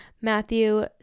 Matthew